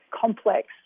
complex